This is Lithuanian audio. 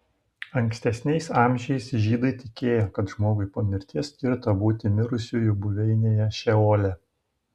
ankstesniais amžiais žydai tikėjo kad žmogui po mirties skirta būti mirusiųjų buveinėje šeole